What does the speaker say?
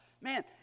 Man